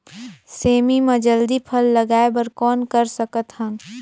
सेमी म जल्दी फल लगाय बर कौन कर सकत हन?